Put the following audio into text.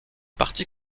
parti